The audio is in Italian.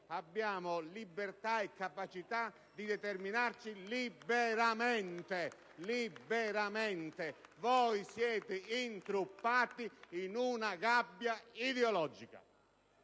abbiamo libertà e capacità di determinarci liberamente. Voi siete intruppati in una gabbia ideologica.